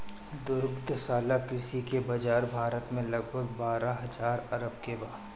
दुग्धशाला कृषि के बाजार भारत में लगभग बारह हजार अरब के बा